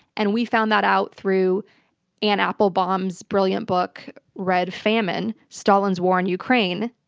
and we found that out through ann applebaum's brilliant book red famine stalin's war on ukraine.